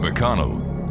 McConnell